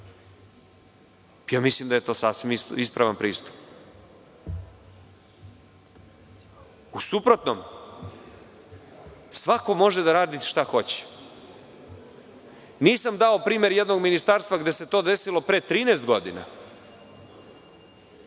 Mislim, da je to sasvim ispravan pristup. U suprotnom, svako može da radi šta hoće. Nisam dao primer jednog ministarstva gde se to desilo pre 13. godina.